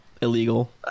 illegal